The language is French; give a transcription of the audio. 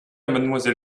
mlle